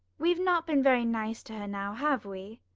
we've not been very nice to her, now, have we?